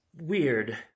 weird